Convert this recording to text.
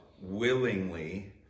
willingly